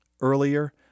Earlier